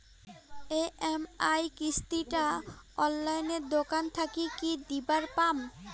EMI কিস্তি টা অনলাইনে দোকান থাকি কি দিবার পাম?